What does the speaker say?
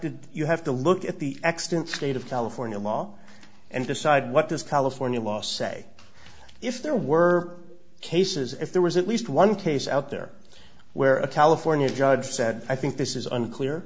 to you have to look at the extant state of california law and decide what this california law say if there were cases if there was at least one case out there where a california judge said i think this is unclear